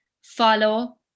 follow